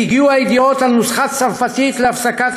עת הגיעו הידיעות על נוסחה צרפתית להפסקת